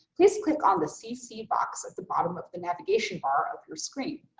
please click on the cc box at the bottom of the navigation bar of your screen.